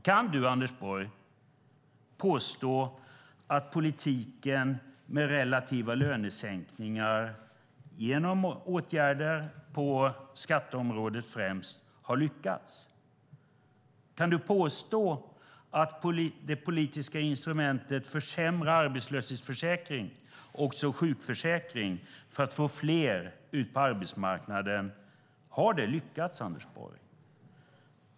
Kan du, Anders Borg, påstå att politiken med relativa lönesänkningar genom åtgärder på främst skatteområdet har lyckats? Kan du påstå att det politiska instrumentet försämrad arbetslöshetsförsäkring och också sjukförsäkring för att få fler ut på arbetsmarknaden har lyckats, Anders Borg?